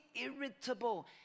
irritable